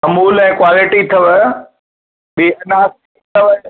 अमूल ऐं क्वालिटी अथव मेघनाथ अथव